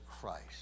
Christ